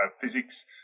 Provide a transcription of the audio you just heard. physics